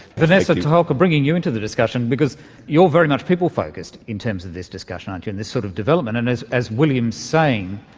vanessa toholka, bringing you in to the discussion, because you're very much people-focussed in terms of this discussion, aren't you, in this sort of development, and as as william's saying,